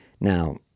Now